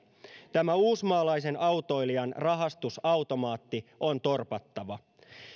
tämä uusimaalaisen autoilijan rahastusautomaatti on torpattava